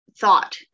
thought